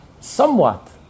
somewhat